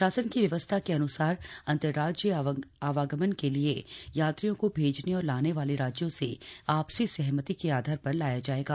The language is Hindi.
शासन की व्यवस्था के अन्सार अंतरराज्य्य आवागमन के लिए यात्रियों को भेजने और लाने वाले राज्यों से आपसी सहमति के आधार पर लाया जायेगा